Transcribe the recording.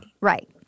Right